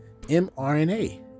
mRNA